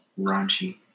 raunchy